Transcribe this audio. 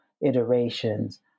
iterations